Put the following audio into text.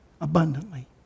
abundantly